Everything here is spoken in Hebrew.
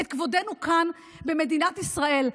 את כבודנו כאן במדינת ישראל,